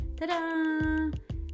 Ta-da